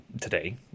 today